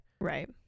Right